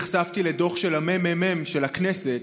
נחשפתי לדוח של הממ"מ של הכנסת